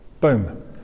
Boom